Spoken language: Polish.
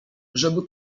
żeby